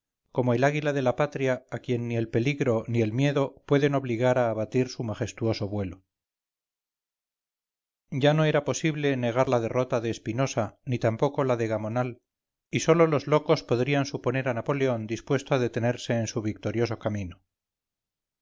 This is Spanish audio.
como el águila de la patria a quien ni el peligro ni el miedo pueden obligar a abatir su majestuoso vuelo ya no era posible negar la derrota de espinosa ni tampoco la de gamonal y sólo los locos podrían suponer a napoleón dispuesto a detenerse en su victorioso camino